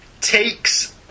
Takes